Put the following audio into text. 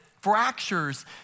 fractures